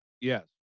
Yes